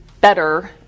better